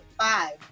five